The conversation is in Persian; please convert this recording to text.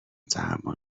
تحمل